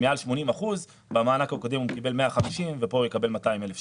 מעל 80 אחוזים במענק הקודם הוא קיבל 150 וכאן הוא יקבל 200 אלף שקלים.